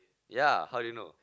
yea how did you know